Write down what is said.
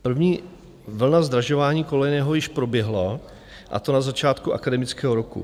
První vlna zdražování kolejného již proběhla, a to na začátku akademického roku.